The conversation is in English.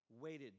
waited